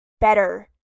better